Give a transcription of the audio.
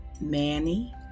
Manny